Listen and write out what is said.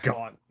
God